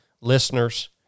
listeners